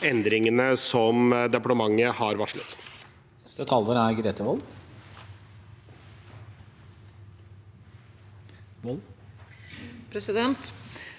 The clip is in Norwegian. endringene som departementet har varslet.